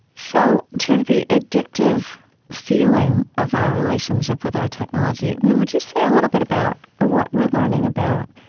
so, to the addictive feeling of our relationship with our technology, would you say a little bit about ah what we're learning about